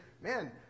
man